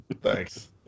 Thanks